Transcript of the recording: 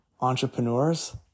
entrepreneurs